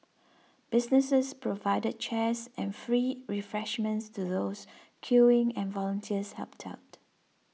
businesses provided chairs and free refreshments to those queuing and volunteers helped out